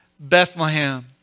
Bethlehem